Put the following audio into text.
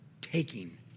Taking